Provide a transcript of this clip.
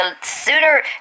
sooner